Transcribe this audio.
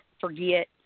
forget